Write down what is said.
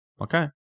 Okay